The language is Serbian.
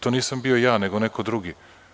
To nisam bio ja, nego neko drugi.